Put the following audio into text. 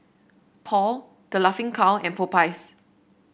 Paul The Laughing Cow and Popeyes